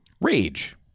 Rage